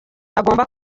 bagomba